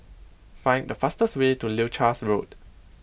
find the fastest way to Leuchars Road